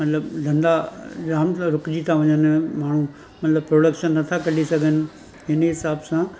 मतिलबु धंधा जाम त रूकिजी था वञनि माण्हू मतिलबु प्रोडक्शन नथा कढी सघनि हिन ई हिसाब सां